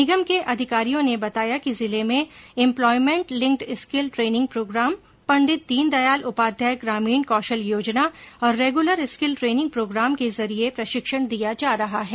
निगम के अधिकारियो ने बताया ँकि जिले में employment linked skill training programme Pandit Deendayal Upadhyay ग्रामीण कौशल योजना और रेगुलर स्कील ट्रेनिंग प्रोग्राम के जरिए प्रशिक्षण दिया जा रहा है